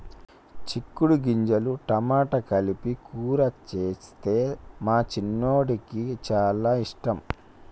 చిక్కుడు గింజలు టమాటా కలిపి కూర చేస్తే మా చిన్నోడికి చాల ఇష్టం